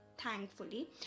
thankfully